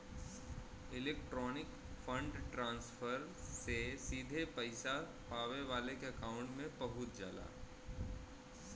electronic fund transfer से सीधे पइसा पावे वाले के अकांउट में पहुंच जाला